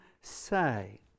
say